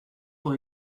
pour